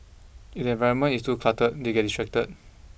if the environment is too cluttered they get distracted